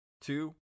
two